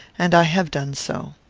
and i have done so.